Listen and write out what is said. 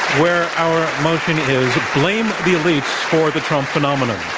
where our motion is blame the elites for the trump phenomenon.